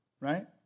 right